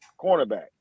cornerback